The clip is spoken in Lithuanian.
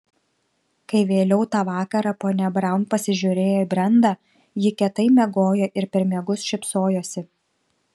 kai vėliau tą vakarą ponia braun pasižiūrėjo į brendą ji kietai miegojo ir per miegus šypsojosi